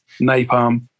Napalm